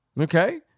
Okay